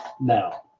now